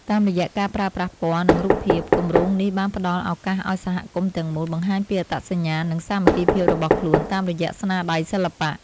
តាមរយៈការប្រើប្រាស់ពណ៌ និងរូបភាព គម្រោងនេះបានផ្ដល់ឱកាសឱ្យសហគមន៍ទាំងមូល បង្ហាញពីអត្តសញ្ញាណ និងសាមគ្គីភាពរបស់ខ្លួនតាមរយៈស្នាដៃសិល្បៈ។